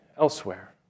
elsewhere